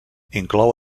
inclou